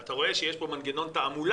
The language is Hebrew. אלא בגלל החשש שברגע שאתה מתחיל להיכנס לתכנים,